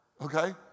Okay